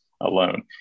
alone